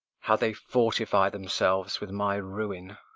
how they fortify themselves with my ruin!